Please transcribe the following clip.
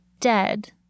dead